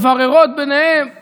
מבררות ביניהן ערכים,